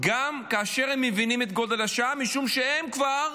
כאשר הם מבינים את גודל השעה, משום שהם כבר